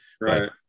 Right